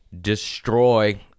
destroy